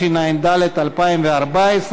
התשע"ד 2014,